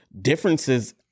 differences